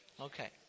Okay